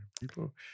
People